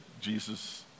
Jesus